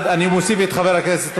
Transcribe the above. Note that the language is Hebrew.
אני לא אאפשר את זה יותר.